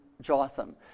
Jotham